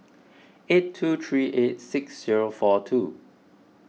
eight two three eight six zero four two